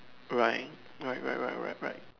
right right right right right right